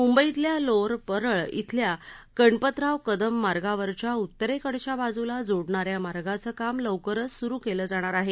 मुंबईतल्या लोअर परळ छिल्या गणपतराव कदम मार्गावरच्या उत्तरेकडच्या बाजूला जोडणाऱ्या मार्गाचं काम लवकरच सुरु केलं जाणार आहे